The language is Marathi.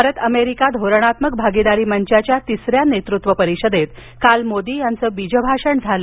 भारत अमेरिका धोरणात्मक भागीदारी मंचाच्या तिसऱ्या नेतृत्व परिषदेत काल मोदी यांचं बीजभाषण झालं